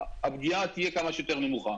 הפגיעה תהיה כמה שיותר נמוכה.